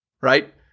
right